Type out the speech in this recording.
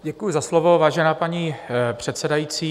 Děkuji za slovo, vážená paní předsedající.